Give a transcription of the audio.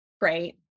great